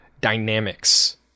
dynamics